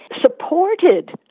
supported